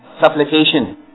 supplication